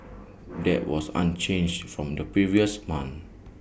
that was unchanged from the previous month